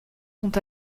sont